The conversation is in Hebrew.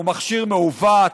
שהוא מכשיר מעוות.